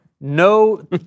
no